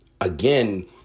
Again